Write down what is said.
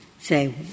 say